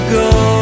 go